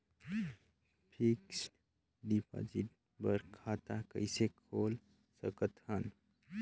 Fixed deposit बर खाता कइसे खोल सकत हन?